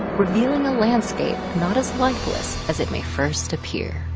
revealing a landscape not as lifeless as it might first appear.